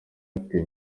active